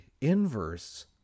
inverse